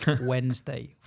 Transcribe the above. Wednesday